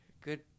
good